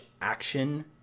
action